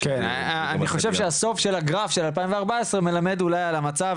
אני חושב שהסוף של הגרף של 2014 מלמד אולי על המצב,